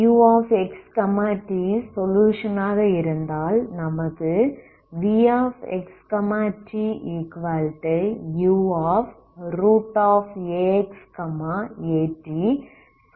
uxt solution ஆக இருந்தால் நமக்கு vxtuaxat சொலுயுஷன் என்று வேண்டும்